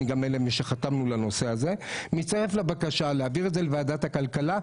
אני גם מי שחתם על הנושא הזה להצטרף לבקשה להעביר את זה לוועדת הכלכלה,